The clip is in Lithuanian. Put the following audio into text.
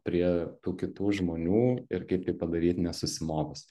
prie tų kitų žmonių ir kaip tai padaryt nesusimovus